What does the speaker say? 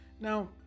now